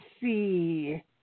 see